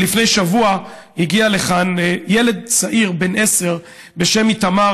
לפני שבוע הגיע לכאן ילד צעיר בן עשר בשם איתמר.